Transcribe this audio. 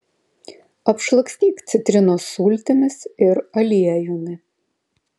apšlakstyk citrinos sultimis ir aliejumi